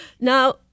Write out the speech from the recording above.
now